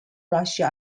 russia